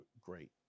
great